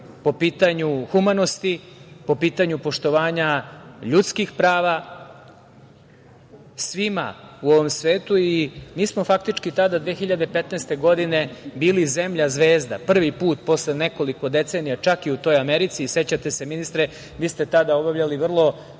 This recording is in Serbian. po pitanju humanosti, po pitanju poštovanja ljudskih prava, svima u ovom svetu. Mi smo faktički tada 2015. godine bili zemlja zvezda, prvi put posle nekoliko decenija, čak i u toj Americi.Sećate se, ministre, vi ste tada obavljali vrlo